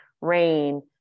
Rain